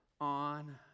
on